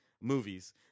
movies –